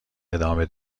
ادامه